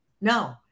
No